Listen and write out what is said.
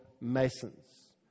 masons